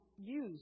use